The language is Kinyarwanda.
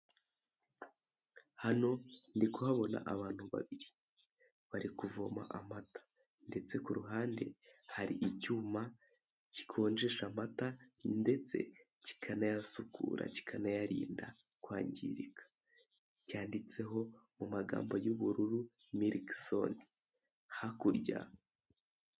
Hano ndi kuhabona abantu babiri. Bari kuvoma amata. Ndetse ku ruhande hari icyuma gikonjesha amata, ndetse kikanayasukura, kikanayarinda kwangirika. Cyanditseho mu magambo y'ubururu "Miliki Zone". Hakurya.